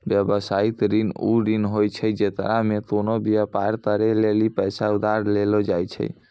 व्यवसायिक ऋण उ ऋण होय छै जेकरा मे कोनो व्यापार करै लेली पैसा उधार लेलो जाय छै